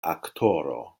aktoro